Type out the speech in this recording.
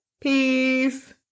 Peace